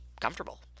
comfortable